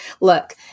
look